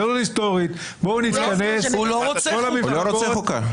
הוא לא רוצה חוקה.